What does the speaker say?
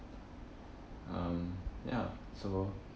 um ya so